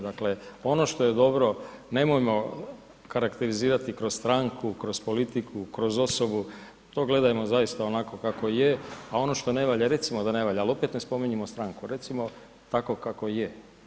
Dakle ono što je dobro nemojmo karakterizirati kroz stranku, kroz politiku, kroz osobu, to gledajmo zaista onako kako je, a ono što ne valja recimo da ne valja ali opet ne spominjimo stranku, recimo tako kako je.